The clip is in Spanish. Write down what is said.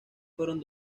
fueron